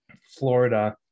Florida